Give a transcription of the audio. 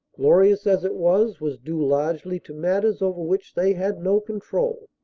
glorious as it was, was due largely to matters over which they had no control.